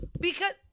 Because-